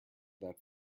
that